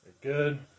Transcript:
Good